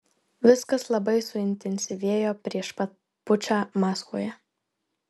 viskas labai suintensyvėjo prieš pat pučą maskvoje